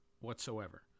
whatsoever